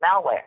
malware